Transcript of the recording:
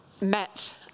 met